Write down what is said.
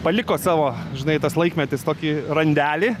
paliko savo žinai tas laikmetis tokį randelį